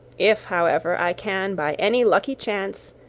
if, however, i can by any lucky chance,